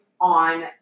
on